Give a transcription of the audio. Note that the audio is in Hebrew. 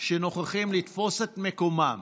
שנוכחים לתפוס את מקומם.